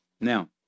now